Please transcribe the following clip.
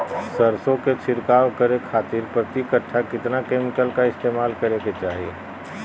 सरसों के छिड़काव करे खातिर प्रति कट्ठा कितना केमिकल का इस्तेमाल करे के चाही?